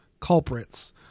culprits